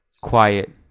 Quiet